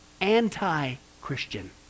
anti-Christian